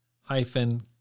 hyphen